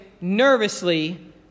nervously